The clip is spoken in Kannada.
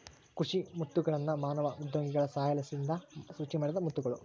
ಕೃಷಿ ಮುತ್ತುಗಳ್ನ ಮಾನವ ಮೃದ್ವಂಗಿಗಳ ಸಹಾಯಲಿಸಿಂದ ಸೃಷ್ಟಿಮಾಡಿದ ಮುತ್ತುಗುಳು